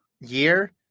year